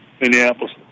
Minneapolis